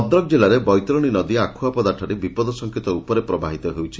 ଭଦ୍ରକ ଜିଲ୍ଲାରେ ବୈତରଶୀ ନଦୀ ଆଖୁଆପଦାଠାରେ ବିପଦ ସଙ୍କେତ ଉପରେ ପ୍ରବାହିତ ହେଉଛି